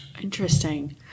Interesting